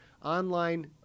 online